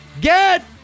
get